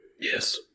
Yes